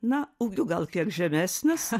na ūgiu gal kiek žemesnis